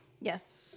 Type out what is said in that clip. Yes